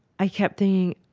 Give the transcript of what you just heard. i kept thinking,